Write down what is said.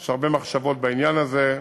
יש הרבה מחשבות בעניין הזה,